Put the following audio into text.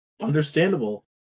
Understandable